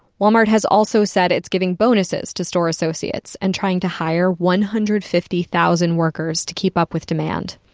walmart has also said it's giving bonuses to store associates and trying to hire one hundred and fifty thousand workers to keep up with demand.